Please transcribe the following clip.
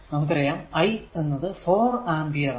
നമുക്കറിയാം i എന്നത് 4 ampere ആണ്